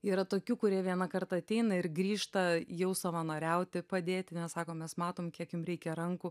yra tokių kurie vieną kartą ateina ir grįžta jau savanoriauti padėti ten sako mes matom kiek jum reikia rankų